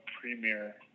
premier